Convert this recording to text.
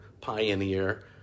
pioneer